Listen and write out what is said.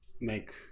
make